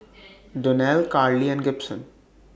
Donnell Karley and Gibson